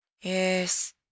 Yes